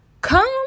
come